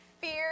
Fear